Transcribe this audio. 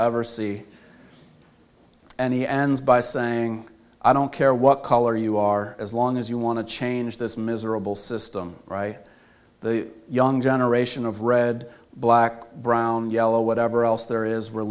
ever see and he ends by saying i don't care what color you are as long as you want to change this miserable system the young generation of red black brown yellow whatever else there is we're